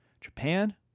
Japan